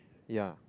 ya